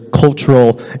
cultural